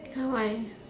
!huh! why